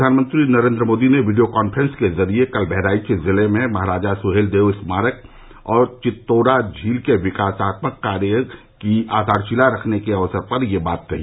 प्रधानमंत्री नरेन्द्र मोदी ने video conference के जरिए कल बहराइच जिले में महाराजा सुहेलदेव स्मारक और चित्तोरा झील के विकासात्मक निर्माण कार्य की आधारशिला रखने के अवसर पर यह बात कही